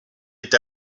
est